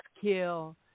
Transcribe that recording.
Kill